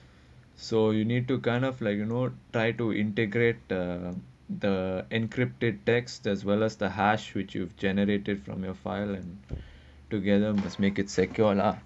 so you need to kind of like you know try to integrate the the encrypted text as well as the hash which you've generated from your file together must make it secure lah